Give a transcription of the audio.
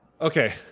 okay